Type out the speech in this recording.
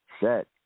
Set